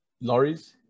lorries